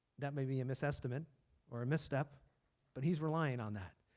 that may be a mis-estimate or a misstep but he is relying on that.